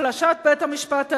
החלשת בית-המשפט העליון.